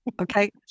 Okay